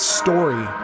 story